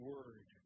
Word